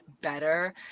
better